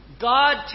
God